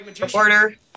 Reporter